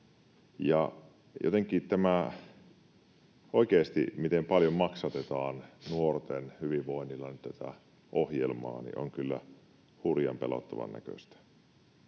Jotenkin oikeasti tämä, miten paljon maksatetaan nuorten hyvinvoinnilla nyt tätä ohjelmaa, on kyllä hurjan pelottavan näköistä.